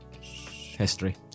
History